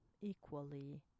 equally